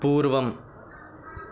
पूर्वम्